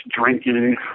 drinking